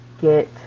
get